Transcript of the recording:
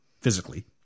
physically